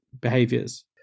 behaviors